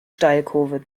steilkurve